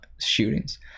shootings